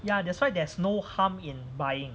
ya that's why there's no harm in buying